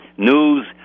news